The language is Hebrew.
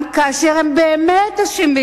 גם כאשר הם באמת אשמים,